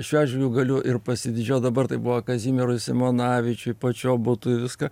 šiuo atžvilgiu galiu ir pasididžiuot dabar tai buvo kazimierui simonavičiui pačiobutui viską